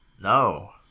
No